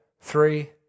three